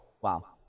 Wow